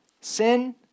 Sin